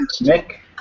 Nick